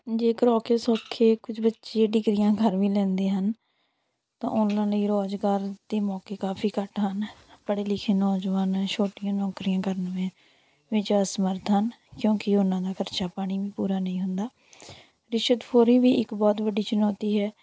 ਜੇਕਰ ਔਖੇ ਸੌਖੇ ਕੁਝ ਬੱਚੇ ਡਿਗਰੀਆਂ ਕਰ ਵੀ ਲੈਂਦੇ ਹਨ ਤਾਂ ਉਹਨਾਂ ਲਈ ਰੁਜ਼ਗਾਰ ਦੇ ਮੌਕੇ ਕਾਫੀ ਘੱਟ ਹਨ ਪੜ੍ਹੇ ਲਿਖੇ ਨੌਜਵਾਨ ਛੋਟੀਆਂ ਨੌਕਰੀਆਂ ਕਰਨ ਵਿੱਚ ਅਸਮਰਥ ਹਨ ਕਿਉਂਕਿ ਉਹਨਾ ਦਾ ਖਰਚਾ ਪਾਣੀ ਵੀ ਪੂਰਾ ਨਹੀ ਹੁੰਦਾ ਰਿਸ਼ਵਤਖੋਰੀ ਵੀ ਇਕ ਬਹੁਤ ਵੱਡੀ ਚੁਣੌਤੀ ਹੈ